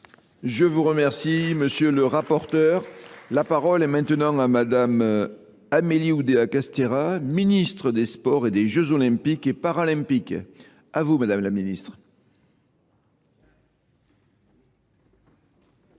Je vous remercie monsieur le rapporteur. La parole est maintenant à madame Amélie Oudéa-Castira, ministre des Sports et des Jeux Olympiques et Paralympiques. A vous madame la ministre.